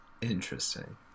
interesting